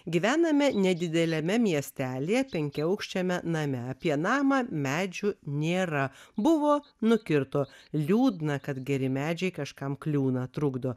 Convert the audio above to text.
gyvename nedideliame miestelyje penkiaaukščiame name apie namą medžių nėra buvo nukirto liūdna kad geri medžiai kažkam kliūna trukdo